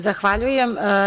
Zahvaljujem.